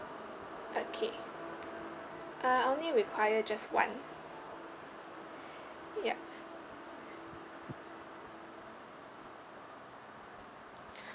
okay uh I only require just one yup